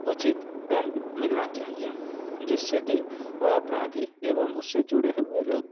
उचित दंड मिलना चाहिए जिससे कि वो अपराधी एवं उससे जुड़े हुए लोग